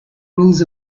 rules